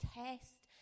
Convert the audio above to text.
test